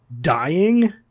dying